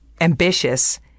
Ambitious